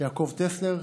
יעקב טסלר,